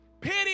pity